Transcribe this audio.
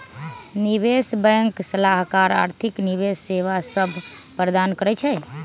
निवेश बैंक सलाहकार आर्थिक निवेश सेवा सभ प्रदान करइ छै